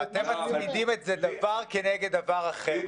אתה שם את זה דבר כנגד דבר אחר.